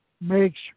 makes